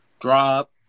drop